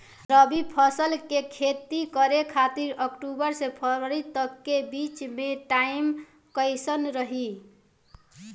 रबी फसल के खेती करे खातिर अक्तूबर से फरवरी तक के बीच मे टाइम कैसन रही?